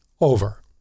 over